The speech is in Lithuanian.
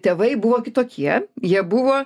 tėvai buvo kitokie jie buvo